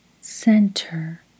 Center